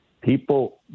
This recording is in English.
people